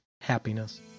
happiness